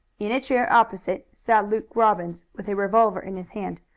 in a chair opposite sat luke robbins with a revolver in his hand,